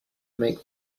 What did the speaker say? make